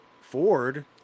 Ford